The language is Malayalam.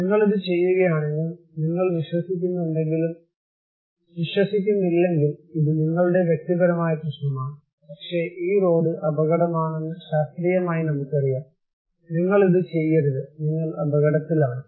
നിങ്ങളിത് ചെയ്യുകയാണെങ്കിൽ നിങ്ങൾ വിശ്വസിക്കുന്നില്ലെങ്കിൽ ഇത് നിങ്ങളുടെ വ്യക്തിപരമായ പ്രശ്നമാണ് പക്ഷേ ഈ റോഡ് അപകടമാണെന്ന് ശാസ്ത്രീയമായി നമുക്കറിയാം നിങ്ങൾ ഇത് ചെയ്യരുത് നിങ്ങൾ അപകടത്തിലാണ്